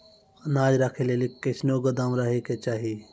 अनाज राखै लेली कैसनौ गोदाम रहै के चाही?